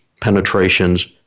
penetrations